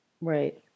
right